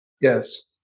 Yes